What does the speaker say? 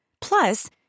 Plus